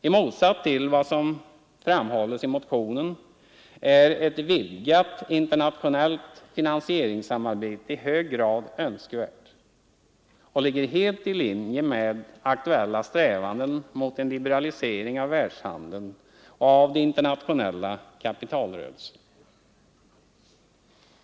I motsats till vad som framhålls i motionen är ett vidgat internationellt finansieringssamarbete i hög grad önskvärt och ligger helt i linje med aktuella strävanden mot en liberalisering av världshandeln och av de internationella kapitalrörelserna.